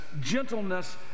gentleness